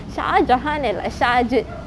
shah jahan இல்லே:illae sharget